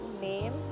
name